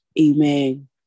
amen